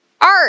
art